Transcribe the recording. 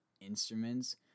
instruments